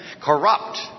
corrupt